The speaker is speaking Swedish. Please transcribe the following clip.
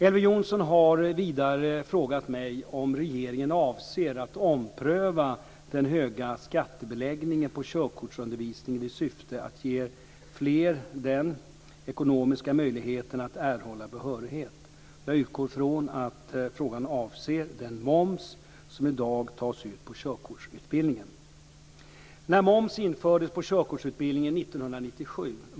Elver Jonsson har vidare frågat mig om regeringen avser att ompröva den höga skattebeläggningen på körkortsundervisning i syfte att ge fler den ekonomiska möjligheten att erhålla behörighet. Jag utgår från att frågan avser den moms som i dag tas ut på körkortsutbildning.